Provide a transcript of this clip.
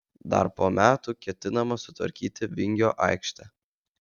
dar po metų ketinama sutvarkyti vingio aikštę